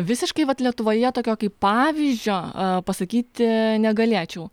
visiškai vat lietuvoje tokio kaip pavyzdžio pasakyti negalėčiau